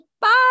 Bye